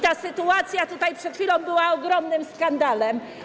Ta sytuacja tutaj przed chwilą była ogromnym skandalem.